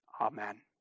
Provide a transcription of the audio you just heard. Amen